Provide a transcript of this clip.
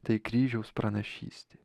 tai kryžiaus pranašystė